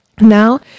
Now